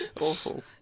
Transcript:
Awful